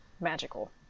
magical